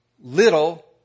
little